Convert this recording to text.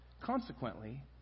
Consequently